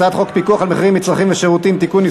הצעת חוק פיקוח על מחירי מצרכים ושירותים (תיקון,